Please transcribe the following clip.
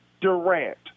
Durant